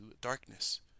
darkness